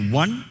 one